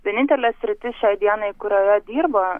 vienintelė sritis šiai dienai kurioje dirba